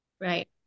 Right